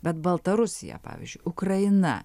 bet baltarusija pavyzdžiui ukraina